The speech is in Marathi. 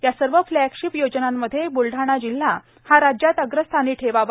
या सर्व फ्लॅगशिप योजनांमध्ये ब्लढाणा जिल्हा हा राज्यात अग्रस्थानी ठेवावा